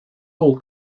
all